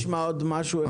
בוא נשמע עוד משהו אחד,